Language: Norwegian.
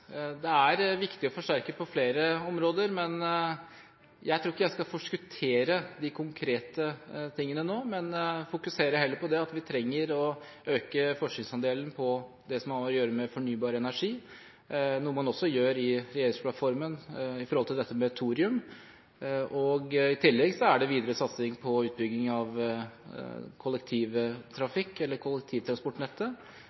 forsterke på flere områder. Jeg tror ikke jeg skal forskuttere de konkrete tingene nå, men heller fokusere på at vi trenger å øke forskningsandelen på det som har å gjøre med fornybar energi, noe man også gjør i regjeringsplattformen når det gjelder thorium. I tillegg er det videre satsing på utbygging av